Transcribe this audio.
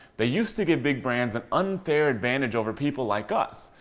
they used to give big brands an unfair advantage over people like us.